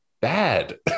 bad